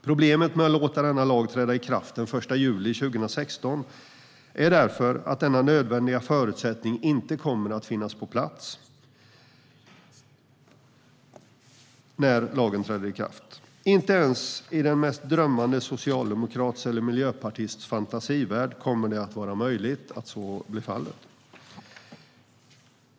Problemet med att låta lagen träda i kraft den 1 juli 2016 är därför att denna nödvändiga förutsättning inte kommer att finnas på plats när lagen träder i kraft. Inte ens i den mest drömmande socialdemokrats eller miljöpartists fantasivärld kommer det att vara möjligt att så blir fallet.